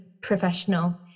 professional